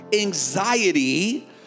anxiety